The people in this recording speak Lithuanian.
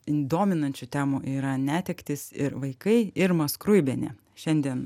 dominančių temų yra netektys ir vaikai irma skruibienė šiandien